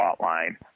Hotline